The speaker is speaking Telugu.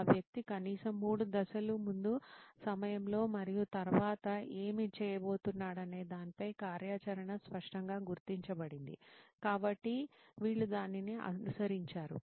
ఆ వ్యక్తి కనీసం 3 దశలు ముందు సమయంలో మరియు తరువాత ఏమి చేయబోతున్నాడనే దానిపై కార్యాచరణ స్పష్టంగా గుర్తించబడింది కాబట్టి వీళ్లుదానిని అనుసరించారు